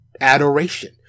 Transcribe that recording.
adoration